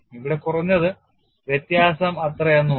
ഇവിടെ കുറഞ്ഞത് വ്യത്യാസം അത്രയല്ല